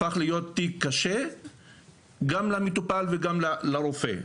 הפך להיות תיק קשה; גם למטופל וגם לרופא.